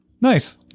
Nice